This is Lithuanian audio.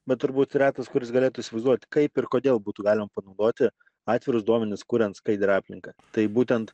bet turbūt retas kuris galėtų įsivaizduoti kaip ir kodėl būtų galima panaudoti atvirus duomenis kuriant skaidrią aplinką tai būtent